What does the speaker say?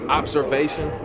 observation